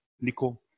Nico